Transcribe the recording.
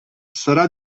sarà